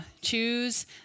choose